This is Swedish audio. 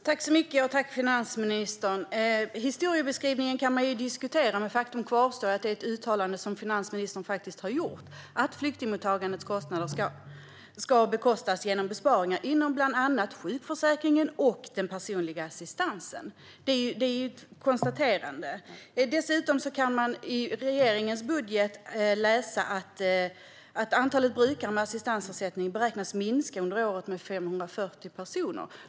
Fru talman! Tack, finansministern, för svaret! Historieskrivningen kan man ju diskutera, men faktum kvarstår: Finansministern har gjort ett uttalande om att flyktingmottagandets kostnader ska täckas av besparingar inom bland annat sjukförsäkringen och den personliga assistansen. Detta är ett konstaterande. Dessutom kan man i regeringens budget läsa att antalet brukare med assistansersättning under året beräknas minska med 540 personer.